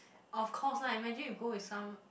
of course lah imagine you go with some